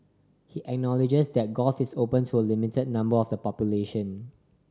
he acknowledges that golf is open to a limited number of the population